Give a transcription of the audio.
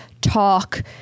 talk